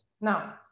Now